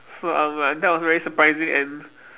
so I'm like that was very surprising and